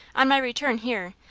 on my return here,